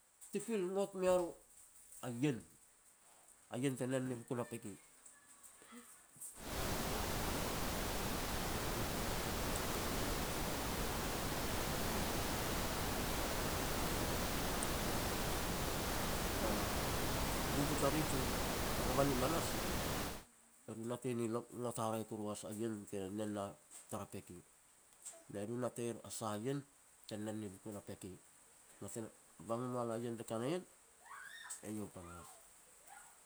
ti pil ngot mea ru a ien, a ien te nen ni bukun a peki. U bubu tariri jiu a evan ni manas, e ru natei ni ngot haraeh kuru has a ien te nen na tara peki. Ne ru natei er a sah ien te nen ni bakun a peki. Na te na bang me mua lo a ien te ka na ien, iau pana has.